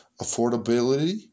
affordability